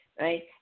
right